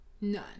None